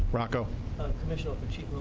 rocco commissioner, she